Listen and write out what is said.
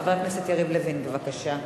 חבר הכנסת יריב לוין, בבקשה.